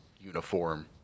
uniform